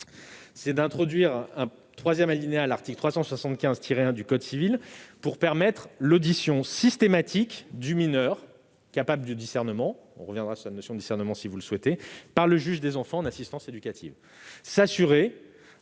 d'introduire un troisième alinéa à l'article 375-1 du code civil, afin de permettre l'audition systématique du mineur capable de discernement- nous reviendrons sur cette notion si vous le souhaitez -par le juge des enfants en assistance éducative.